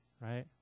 right